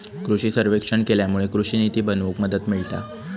कृषि सर्वेक्षण केल्यामुळे कृषि निती बनवूक मदत मिळता